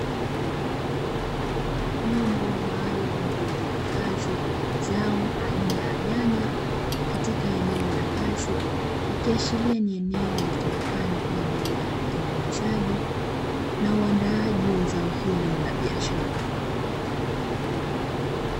Vyombo maalumu vilivyohifadhi zao aina ya nyanya katika eneo la wazi, ikiashiria ni eneo litumikalo kwa ajili ya utengenezaji na uandaaji wa zao hilo la biashara.